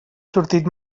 sortit